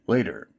Later